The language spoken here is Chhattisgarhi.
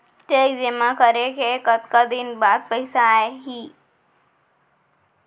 चेक जेमा करें के कतका दिन बाद पइसा आप ही?